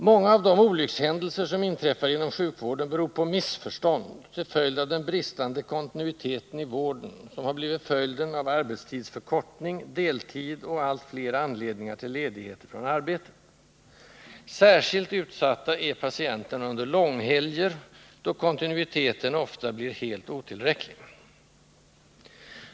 Många av de olyckshändelser som inträffar inom sjukvården beror på missförstånd till följd av den bristande kontinuiteten i vården, som har blivit Nr 56 följden av arbetstidsförkortning, deltid och allt fler anledningar till ledighet från arbetet. Särskilt utsatta är patienterna under långhelger, då kontinuiteten ofta blir helt otillräcklig.